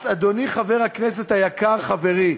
אז, אדוני, חבר הכנסת היקר, חברי: